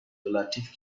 relatif